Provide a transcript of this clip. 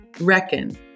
Reckon